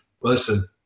listen